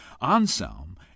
anselm